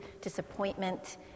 disappointment